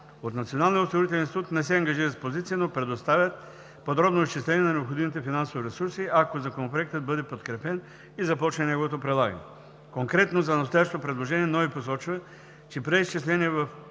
От Националния осигурителен институт не се ангажират с позиция, но предоставят подробно изчисления на необходимите финансови ресурси, ако Законопроектът бъде подкрепен и започне неговото прилагане. Конкретно за настоящето предложение Националният